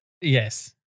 Yes